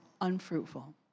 unfruitful